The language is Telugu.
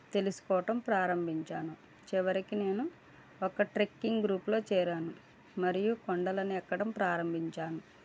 తెలుసుకోవటం ప్రారంభించాను చివరికి నేను ఒక ట్రిక్కింగ్ గ్రూప్లో చేరాను మరియు కొండలను ఎక్కడం ప్రారంభించాను